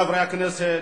חברי הכנסת,